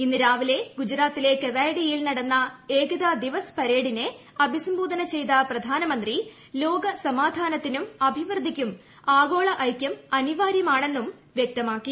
ഇന്ന് രാവിലെ ഗുജറാത്തിലെ കെവാഡിയയിൽ നടന്ന ഏക്താ ദിവാസ് പരേഡിനെ അഭിസംബോധന ചെയ്ത പ്രധാനമന്ത്രി ലോക സമാധാനത്തിനും അഭിവൃദ്ധിക്കും ആഗോള ഐക്യം അനിവാര്യമാണെന്ന് വ്യക്തമാക്കി